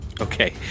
Okay